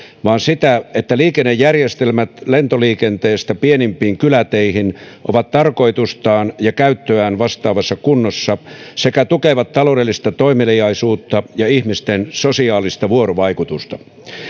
vaan sitä että liikennejärjestelmät lentoliikenteestä pienimpiin kyläteihin ovat tarkoitustaan ja käyttöään vastaavassa kunnossa sekä tukevat taloudellista toimeliaisuutta ja ihmisten sosiaalista vuorovaikutusta